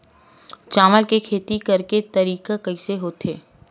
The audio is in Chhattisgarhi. चावल के खेती करेके तरीका कइसे होथे?